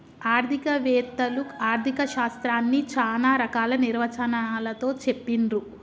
ఆర్థిక వేత్తలు ఆర్ధిక శాస్త్రాన్ని చానా రకాల నిర్వచనాలతో చెప్పిర్రు